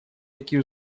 такие